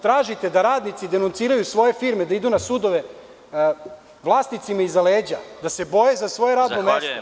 Tražite da radnici denuciraju svoje firme, da idu na sudove, vlasnicima iza leđa, da se bore za svoje radno mesto, da nose menice…